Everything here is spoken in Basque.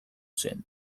zen